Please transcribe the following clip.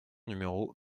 numéro